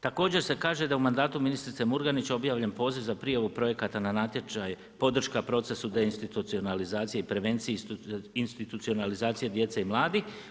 Također se kaže da u mandatu ministrice Murganić obavljen poziv za prijavu projekata na natječaja podrška procesu deinstitucionalizaciju i prevenciju institucionalizaciju djece i mladih.